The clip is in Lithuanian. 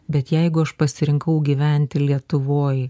bet jeigu aš pasirinkau gyventi lietuvoj